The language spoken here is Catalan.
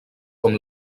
com